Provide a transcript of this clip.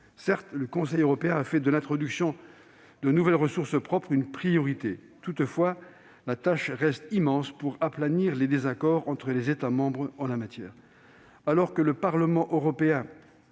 Certes, le Conseil européen a fait de l'introduction de nouvelles ressources propres une priorité. Toutefois, la tâche reste immense pour aplanir les désaccords entre les États membres en la matière. Alors que le Parlement européen